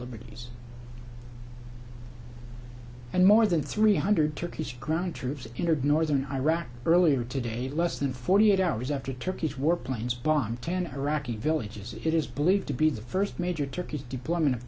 liberties and more than three hundred turkeys ground troops entered northern iraq earlier today less than forty eight hours after turkish warplanes bombed ten iraqi villages it is believed to be the first major turkey's deployment of